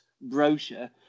brochure